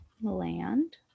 Land